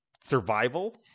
survival